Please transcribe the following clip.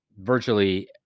virtually